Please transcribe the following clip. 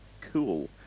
Cool